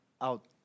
out